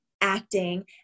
acting